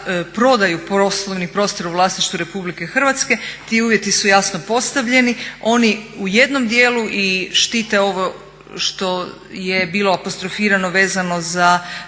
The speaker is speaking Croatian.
prodaju poslovnih prostora u vlasništvu RH. Ti uvjeti su jasno postavljeni, oni u jednom djelu i štite ovo što je bilo apostrofirano vezano za